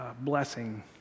blessing